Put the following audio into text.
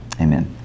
Amen